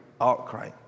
outcry